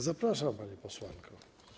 Zapraszam panią posłankę.